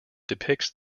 depicts